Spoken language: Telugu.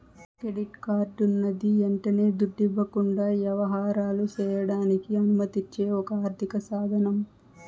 కెడిట్ కార్డన్నది యంటనే దుడ్డివ్వకుండా యవహారాలు సెయ్యడానికి అనుమతిచ్చే ఒక ఆర్థిక సాదనం